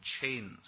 chains